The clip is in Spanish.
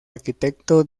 arquitecto